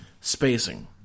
spacing